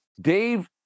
Dave